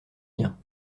bien